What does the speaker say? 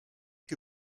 que